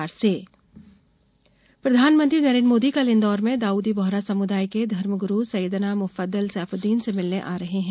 मोदी इन्दौर प्रधानमंत्री नरेंद्र मोदी कल इंदौर में दाऊदी बोहरा समुदाय के धर्मगुरु सैयदना मुफद्दल सैफूदीन से मिलने आ रहे हैं